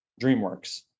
DreamWorks